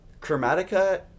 chromatica